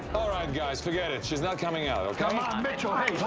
all right, guys, forget it. she's not coming out, okay? come on, mitchell, one